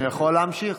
אני יכול להמשיך?